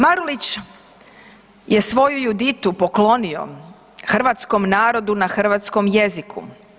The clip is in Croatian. Marulić je svoju Juditu poklonio hrvatskom narodu na hrvatskom jeziku.